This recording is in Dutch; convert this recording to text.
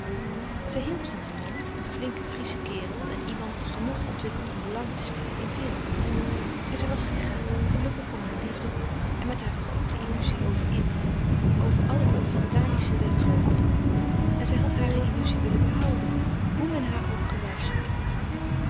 zij hield van haar man een flinke friesche kerel en iemand genoeg ontwikkeld om belang te stellen in veel en zij was gegaan gelukkig om haar liefde en met groote illuzie over indië over al het oriëntalische der tropen en zij had hare illuzie willen behouden hoe men haar ook gewaarschuwd had